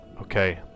okay